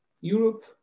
Europe